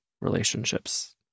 relationships